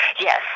Yes